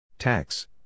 Tax